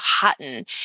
cotton